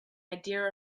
idea